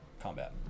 combat